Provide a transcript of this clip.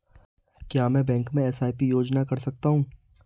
क्या मैं बैंक में एस.आई.पी योजना कर सकता हूँ?